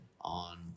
on